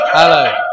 Hello